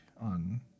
on